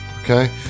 Okay